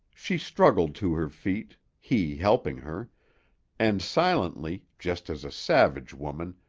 she struggled to her feet, he helping her and silently, just as a savage woman,